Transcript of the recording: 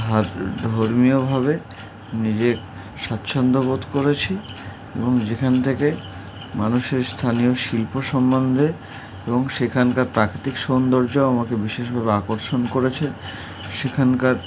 ধর্মীয়ভাবে নিজে স্বাচ্ছন্দ্য বোধ করেছি এবং যেখান থেকে মানুষের স্থানীয় শিল্প সম্বন্ধে এবং সেখানকার প্রাকৃতিক সৌন্দর্য আমাকে বিশেষভাবে আকর্ষণ করেছে সেখানকার